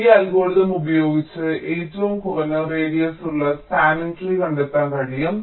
ഈ അൽഗോരിതം ഉപയോഗിച്ച് ഏറ്റവും കുറഞ്ഞ റേഡിയസുള്ള സ്പാനിങ് ട്രീ കണ്ടെത്താൻ കഴിയും